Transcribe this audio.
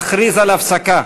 אכריז על הפסקה.